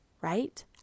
right